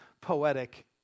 poetic